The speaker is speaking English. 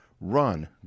Run